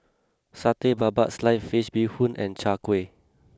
Satay Babat Sliced Fish Bee Hoon Soup and Chai Kueh